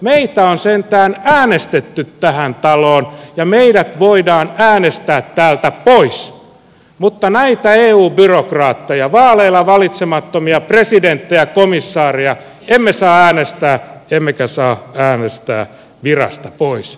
meitä on sentään äänestetty tähän taloon ja meidät voidaan äänestää täältä pois mutta näitä eu byrokraatteja vaaleilla valitsemattomia presidenttejä komissaareja emme saa äänestää emmekä saa äänestää virasta pois